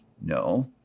No